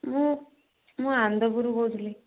ମୁଁ ମୁଁ ଆନନ୍ଦପୁରରୁ କହୁଥିଲି